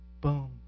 Boom